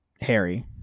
Harry